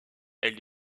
elle